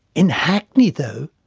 in hackney, though,